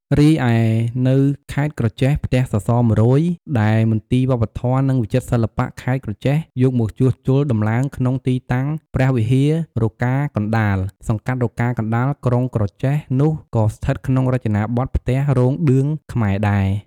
រីឯនៅខេត្តក្រចេះ ផ្ទះសសរ ១០០ ដែលមន្ទីរវប្បធម៌និងវិចិត្រសិល្បៈខេត្តក្រចេះយកមកជួសជុលដំឡើងក្នុងទីតាំងព្រះវិហាររកាកណ្ដាល សង្កាត់រកាកណ្ដាល ក្រុងក្រចេះ នោះក៏ស្ថិតក្នុងរចនាបថផ្ទះរោងឌឿងខ្មែរដែរ។